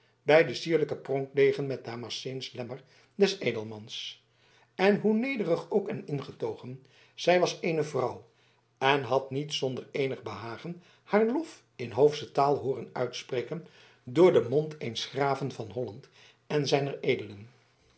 bij den sierlijken pronkdegen met damasceensch lemmer des edelmans en hoe nederig ook en ingetogen zij was eene vrouw en had niet zonder eenig behagen haar lof in hoofsche taal hooren uitspreken door den mond eens graven van holland en